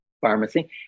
pharmacy